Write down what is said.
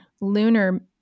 lunar